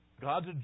God's